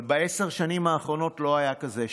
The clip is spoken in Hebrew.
אבל בעשר השנים האחרונות לא היה כזה שקט.